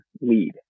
lead